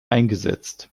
eingesetzt